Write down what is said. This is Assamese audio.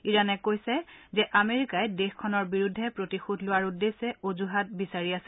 ইৰাণে কৈছে যে আমেৰিকাই দেশখনৰ বিৰুদ্ধে প্ৰতিশোধ লোৱা উদ্দেশ্যে অজুহাত বিচাৰি আছে